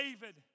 David